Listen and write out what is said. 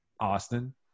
austin